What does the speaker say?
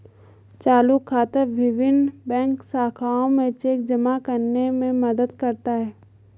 चालू खाता विभिन्न बैंक शाखाओं में चेक जमा करने में मदद करता है